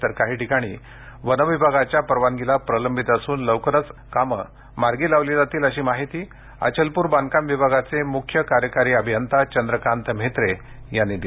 तर काही ठिकाणी वनविभागाच्या परवानगीला प्रलंबित असून लवकरच सर्व कामे मार्गी लावली जातील अशी माहिती अचलपूर बांधकाम विभागाचे मुख्य कार्यकारी अभियंता चंद्रकांत म्हेत्रे यांनी दिली